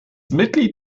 mitglied